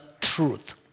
truth